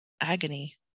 agony